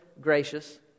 gracious